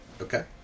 Okay